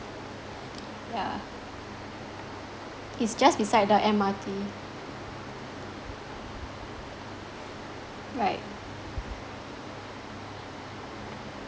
yeah it's just beside the M_R_T right